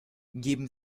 geben